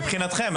מבחינתכם.